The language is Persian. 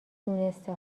دونسته